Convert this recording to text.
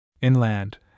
Inland